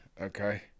Okay